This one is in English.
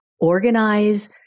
organize